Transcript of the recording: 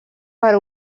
per